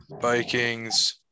Vikings